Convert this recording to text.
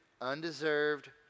undeserved